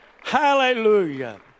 Hallelujah